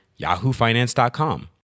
yahoofinance.com